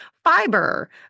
Fiber